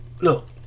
look